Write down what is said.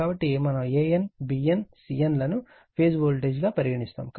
కాబట్టి మనం a n b n c n లను ఫేజ్ వోల్టేజ్ అని పరిగణిస్తాము